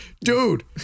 Dude